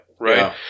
right